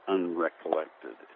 unrecollected